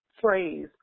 phrase